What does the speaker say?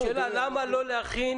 השאלה: למה לא להכין